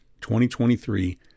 2023